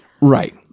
right